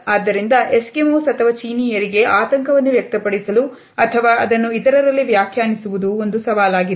ಆದ್ದರಿಂದ ಎಸ್ಕಿಮೋಸ್ ಅಥವಾ ಚೀನಿಯರಿಗೆ ಆತಂಕವನ್ನು ವ್ಯಕ್ತಪಡಿಸಲು ಅಥವಾ ಅದನ್ನು ಇತರರಲ್ಲಿ ವ್ಯಾಖ್ಯಾನಿಸುವುದು ಒಂದು ಸವಾಲಾಗಿದೆ